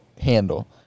handle